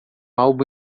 álbum